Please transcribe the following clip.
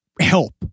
help